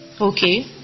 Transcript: Okay